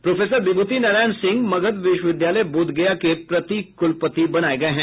professor Vibhuti Narayan Singh Magadh विश्वविद्यालय बोधगया के प्रति कुलपति बनाया गये हैं